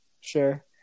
Sure